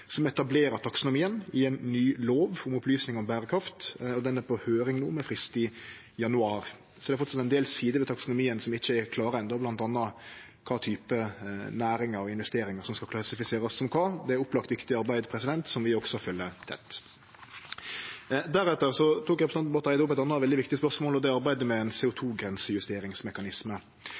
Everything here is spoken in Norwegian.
som etablerer taksonomien, i ei ny lov om opplysningar om berekraft, som no er på høyring med frist i januar. Det er framleis ein del sider ved taksonomien som ikkje er klare enno, bl.a. kva type næringar og investeringar som skal klassifiserast. Det er opplagt eit viktig arbeid, som vi også følgjer tett. Deretter tok representanten Barth Eide opp eit anna veldig viktig spørsmål, om arbeidet med ein